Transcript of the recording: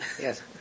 Yes